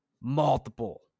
multiple